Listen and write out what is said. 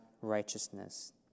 righteousness